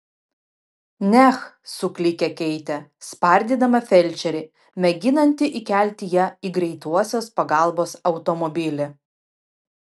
neh suklykė keitė spardydama felčerį mėginantį įkelti ją į greitosios pagalbos automobilį